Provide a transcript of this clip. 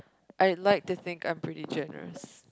I like to think I'm pretty generous